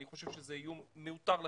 אני חושב שזה איום מיותר לחלוטין.